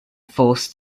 forced